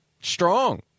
strong